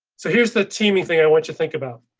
so here's the teaming thing. i want to think about.